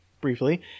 briefly